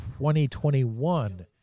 2021